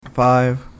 Five